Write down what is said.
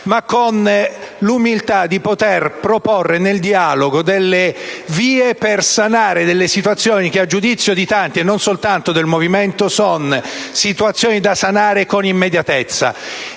ma con l'umiltà di poter proporre nel dialogo delle vie per sanare delle situazioni che, a giudizio di tanti, e non soltanto del nostro Movimento, sono da sanare con immediatezza.